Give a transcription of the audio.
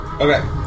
Okay